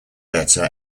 better